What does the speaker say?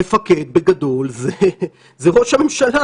המפקד בגדול זה ראש הממשלה.